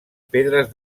pedres